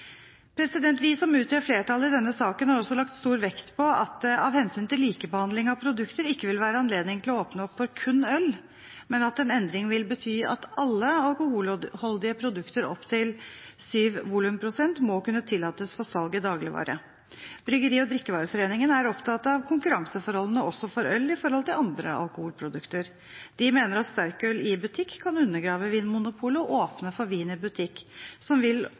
Vi som utgjør flertallet i denne saken, har også lagt stor vekt på at det av hensyn til likebehandling av produkter ikke vil være anledning til å åpne opp for kun øl, men at en endring vil bety at alle alkoholholdige produkter opp til 7 volumprosent må kunne tillates for salg i dagligvareforretningene. Bryggeri- og drikkevareforeningen er opptatt av konkurranseforholdene også for øl i forhold til andre alkoholprodukter. De mener at sterkøl i butikk kan undergrave Vinmonopolet og åpne for vin i butikk, som vil